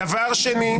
דבר שני,